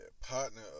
partner